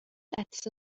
عطسه